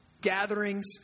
gatherings